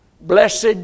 Blessed